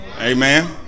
Amen